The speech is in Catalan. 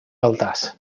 altars